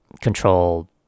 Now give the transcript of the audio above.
control